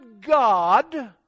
God